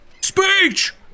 speech